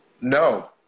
No